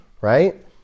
right